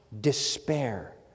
despair